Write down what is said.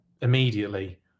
immediately